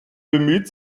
bemüht